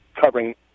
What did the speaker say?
covering